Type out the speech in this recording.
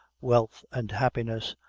wealth, and happiness,